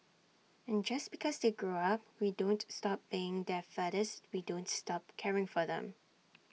and just because they grow up we don't stop being their fathers we don't stop caring for them